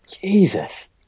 Jesus